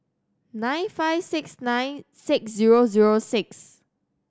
nine five six nine six zero zero six